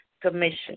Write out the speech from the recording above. commission